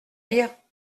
lire